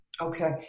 Okay